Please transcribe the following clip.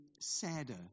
sadder